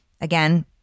Again